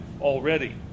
already